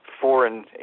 foreign